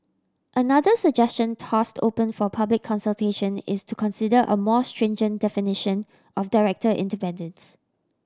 another suggestion tossed open for public consultation is to consider a more stringent definition of director independence